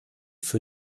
für